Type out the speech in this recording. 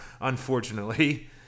unfortunately